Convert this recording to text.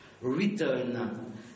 written